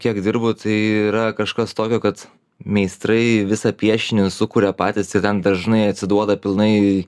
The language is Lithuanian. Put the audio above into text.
kiek dirbu tai yra kažkas tokio kad meistrai visą piešinį sukuria patys tai ten dažnai atsiduoda pilnai